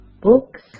books